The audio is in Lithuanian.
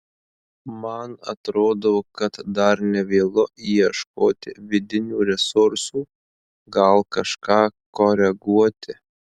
man atrodo kad dar ne vėlu ieškoti vidinių resursų gal kažką koreguoti